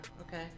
okay